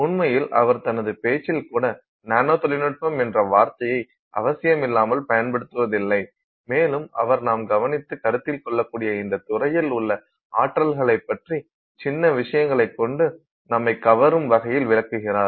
உண்மையில் அவர் தனது பேச்சில் கூட நானோ தொழில்நுட்பம் என்ற வார்த்தையை அவசியம் இல்லாமல் பயன்படுத்துவதில்லை மேலும் அவர் நாம் கவனித்து கருத்தில் கொள்ளக்கூடிய இந்த துறையில் உள்ள ஆற்றல்களைப் பற்றி சின்ன விஷயங்களை கொண்டு நம்மை கவரும் வகையில் விளக்குகிறார்